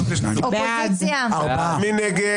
מי נגד?